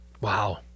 wow